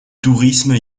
tourisme